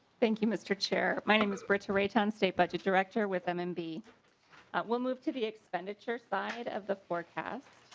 thank you mister chair my name is pretty great on state budget director with them and be we'll move to the expenditure side of the forecasts.